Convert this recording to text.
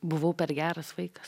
buvau per geras vaikas